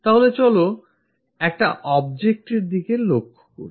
তাহলে চলো একটা Object এর দিকে লক্ষ্য করি